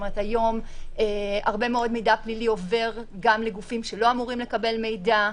היום הרבה מאוד מידע פלילי עובר גם לגופים שלא אמורים לקבל מידע,